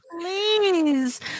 please